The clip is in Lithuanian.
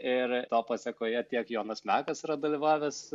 ir to pasekoje tiek jonas mekas yra dalyvavęs